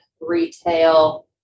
retail